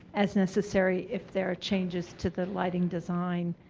as necessary if there are changes to the lighting design.